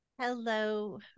Hello